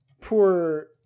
poor